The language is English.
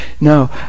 No